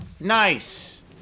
Nice